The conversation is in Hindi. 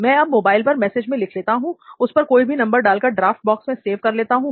मैं अब मोबाइल पर मैसेज में लिख लेता हूं उस पर कोई भी नंबर डालकर ड्राफ्ट बॉक्स मैं सेव कर लेता हूं